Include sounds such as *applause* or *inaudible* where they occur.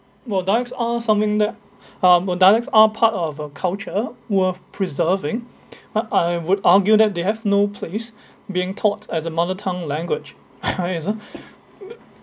well dialects are something that *breath* um uh dialects are part of a culture worth preserving *breath* uh I would argue that they have no place being taught as a mother tongue language *noise* kind as a uh